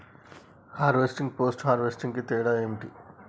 Harvesting, post harvesting తేడా ఏంటి?